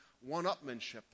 one-upmanship